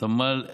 תמ"ל 1043,